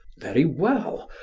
very well,